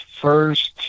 first